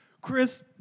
Chris